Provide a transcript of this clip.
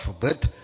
forbid